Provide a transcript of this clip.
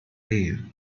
rare